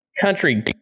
country